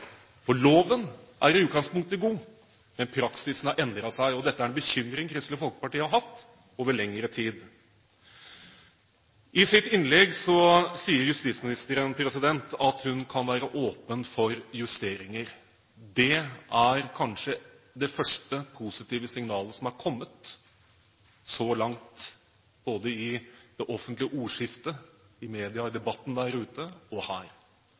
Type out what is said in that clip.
Loven er i utgangspunktet god, men praksisen har endret seg. Dette er en bekymring som Kristelig Folkeparti har hatt over lengre tid. I sitt innlegg sier justisministeren at hun kan være åpen for justeringer. Det er kanskje det første positive signalet som er kommet så langt både i det offentlige ordskiftet, i mediedebatten der ute, og her.